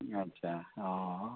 ᱟᱪᱪᱷᱟ ᱚᱻ